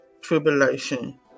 tribulation